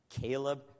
Caleb